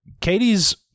Katie's